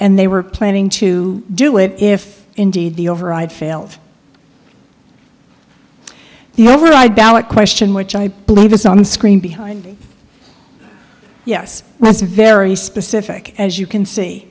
and they were planning to do it if indeed the override failed the override ballot question which i believe is on the screen behind yes that's very specific as you can see